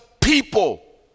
people